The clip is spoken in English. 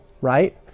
right